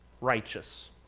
righteous